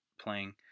playing